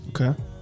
okay